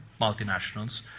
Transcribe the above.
multinationals